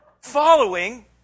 following